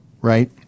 right